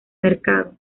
mercado